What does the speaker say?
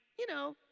you know,